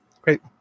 Great